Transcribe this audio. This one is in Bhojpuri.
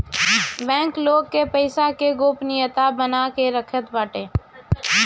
बैंक लोग के पईसा के गोपनीयता बना के रखत बाटे